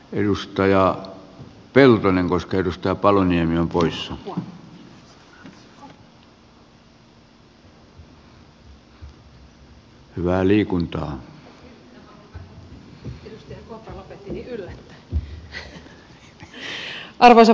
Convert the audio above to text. edustaja peltonen kosketusta palloon ennen arvoisa puhemies